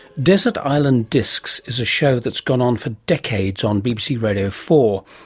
desert island discs is a show that's gone on for decades on bbc radio four.